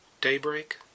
Daybreak